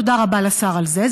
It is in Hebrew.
תודה רבה לשר על זה.